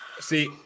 see